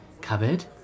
cupboard